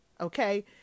Okay